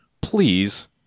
please